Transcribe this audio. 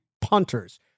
punters